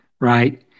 right